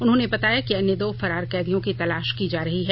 उन्होंने बताया कि अन्य दो फरार कैदियों की तलाश की जा रही है